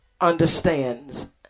understands